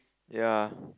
ya